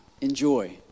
enjoy